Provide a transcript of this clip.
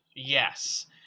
Yes